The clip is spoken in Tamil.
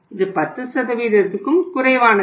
இது 10க்கும் குறைவானது